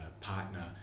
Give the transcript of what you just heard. partner